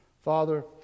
Father